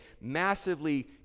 massively